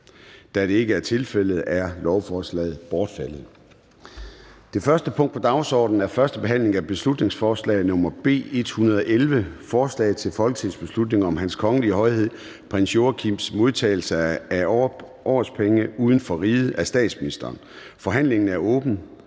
Da det ikke er tilfældet, er lovforslaget bortfaldet. --- Det første punkt på dagsordenen er: 1) 1. behandling af beslutningsforslag nr. B 111: Forslag til folketingsbeslutning om Hans Kongelige Højhed Prins Joachims modtagelse af årpenge uden for riget. Af statsministeren (Mette Frederiksen).